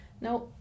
Now